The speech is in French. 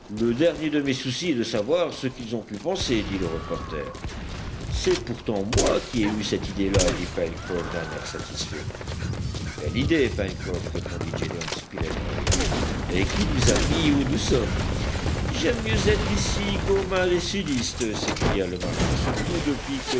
le dernier de mes soucis est de savoir ce qu'ils ont pu penser dit le reporter c'est pourtant moi qui ai eu cette idée-là dit pencroff d'un air satisfait une belle idée pencroff répondit gédéon spilett en riant et qui nous a mis où nous sommes j'aime mieux être ici qu'aux mains des sudistes s'écria le marin surtout depuis que